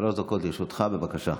שלוש דקות לרשותך, בבקשה.